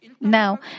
Now